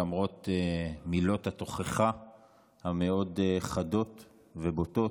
למרות מילות התוכחה המאוד-חדות ובוטות.